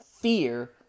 fear